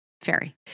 fairy